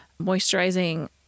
moisturizing